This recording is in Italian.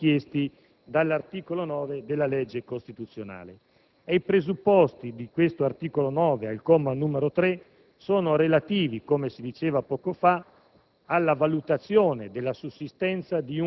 di ritenere sussistenti i presupposti richiesti dall'articolo 9 della citata legge costituzionale n. 1 del 1989. I presupposti di questo articolo 9, al comma 3, sono relativi, come si diceva poco fa,